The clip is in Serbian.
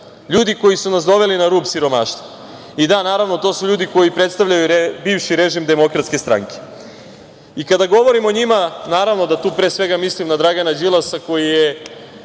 ljudi koji su nas doveli na rub siromaštva. I da, naravno, to su ljudi koji predstavljaju bivše režim Demokratske stranke. Kada govorim o njima, naravno da tu pre svega mislim na Dragana Đilasa, koji je